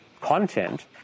content